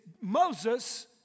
Moses